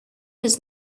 was